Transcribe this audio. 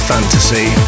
Fantasy